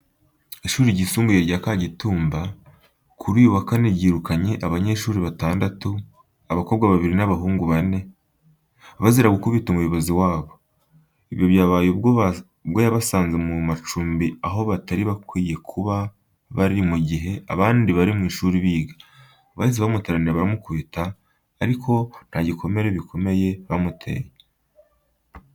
Ishuri ryisumbuye rya Kagitumba, kuri uyu wa Kane ryirukanye abanyeshuri batandatu, abakobwa babiri n’abahungu bane, bazira gukubita umuyobozi wabo. Ibyo byabaye ubwo yabasanze mu macumbi aho batari bakwiye kuba bari mu gihe abandi bari mu ishuri biga. Bahise bamuteranira baramukubita, ariko nta bikomere bikomeye bamuteye.